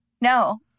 No